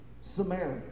Samaria